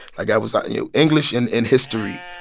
like, i was ah you know english and and history,